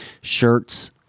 Shirts